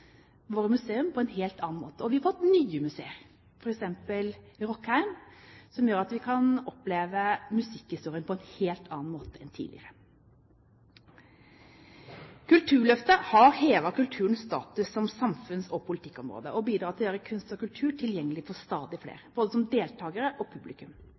våre museer på en helt annet måte. Og vi har fått nye museer, f.eks. Rockheim, som gjør at vi kan oppleve musikkhistorien på en helt annen måte enn tidligere. Kulturløftet har hevet kulturens status som samfunns- og politikkområde og bidrar til å gjøre kunst og kultur tilgjengelig for stadig flere, både som deltakere og publikum.